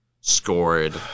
scored